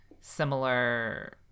similar